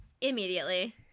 immediately